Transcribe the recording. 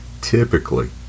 Typically